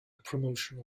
promotional